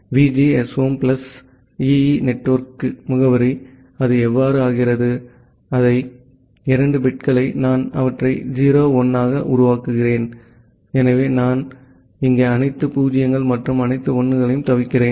GSOM plus EE network முகவரி அது அவ்வாறு ஆகிறது இந்த 2 பிட்களை நான் அவற்றை 0 1 ஆக உருவாக்குகிறேன் எனவே நான் இங்கே அனைத்து 0 கள் மற்றும் அனைத்து 1 களையும் தவிர்க்கிறேன்